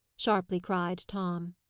sharply cried tom.